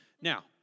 Now